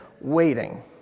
waiting